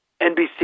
NBC